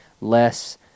less